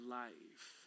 life